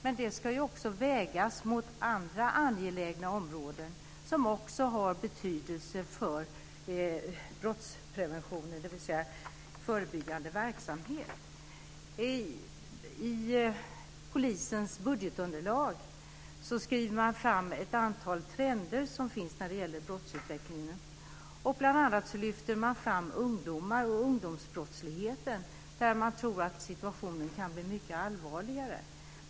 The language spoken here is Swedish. Men det ska vägas mot andra angelägna områden som också har betydelse för brottspreventionen, dvs. förebyggande verksamhet. I polisens budgetunderlag skriver man om ett antal trender när det gäller brottsutvecklingen. Bl.a. lyfter man fram ungdomar och ungdomsbrottsligheten. Man tror att situationen kan bli mycket allvarligare.